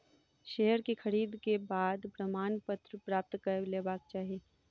share के खरीद के बाद प्रमाणपत्र प्राप्त कय लेबाक चाही